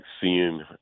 seeing